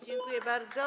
Dziękuję bardzo.